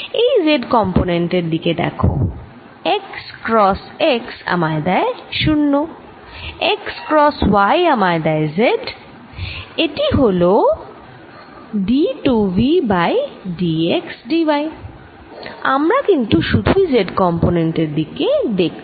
এই z component এর দিকে দেখ x ক্রস x আমায় দেয় 0 x ক্রস y আমায় দেয় z এটি হল d 2 v by d x d y আমরা কিন্তু শুধুই z কম্পোনেন্ট এর দিকে দেখছি